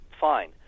Fine